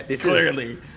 clearly